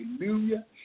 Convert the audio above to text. hallelujah